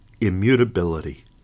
immutability